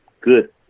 good